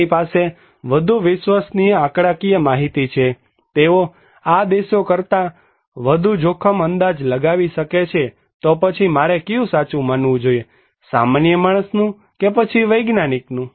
તેમની પાસે વધુ વિશ્વસનીય આંકડાકીય માહિતી છે તેઓ આ દેશો કરતાં વધુ જોખમ અંદાજ લગાવી શકે છે તો પછી મારે કયું સાચું માનવું જોઈએ સામાન્ય માણસનું કે પછી વૈજ્ઞાનિકનું